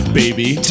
baby